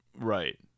Right